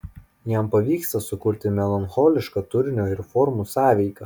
jam pavyksta sukurti melancholišką turinio ir formų sąveiką